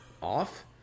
off